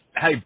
hey